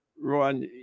ron